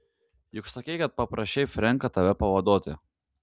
juk sakei kad paprašei frenką tave pavaduoti